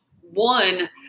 one